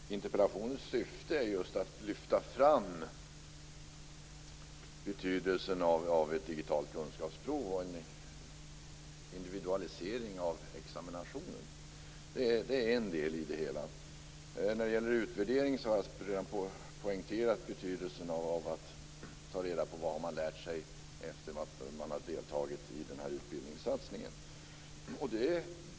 Fru talman! Interpellationens syfte är att lyfta fram betydelsen av ett digitalt kunskapsprov och en individualisering av examinationen. Det är en del i det hela. När det gäller utvärderingen har jag redan poängterat betydelsen av att ta reda på vilka kunskaper som deltagarna i utbildningssatsningen får.